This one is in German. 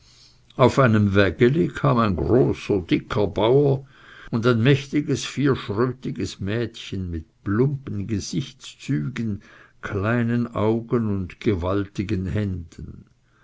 auf einem wägeli kam ein großer dicker bauer und ein mächtiges vierschrötiges mädchen mit plumpen gesichtszügen kleinen augen und gewaltigen händen